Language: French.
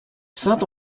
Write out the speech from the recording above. saint